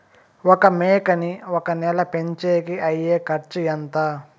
ఒక మేకని ఒక నెల పెంచేకి అయ్యే ఖర్చు ఎంత?